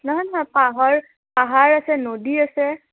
নহয় নহয় পাহাৰ পাহাৰ আছে নদী আছে